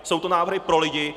Jsou to návrhy pro lidi.